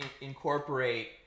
incorporate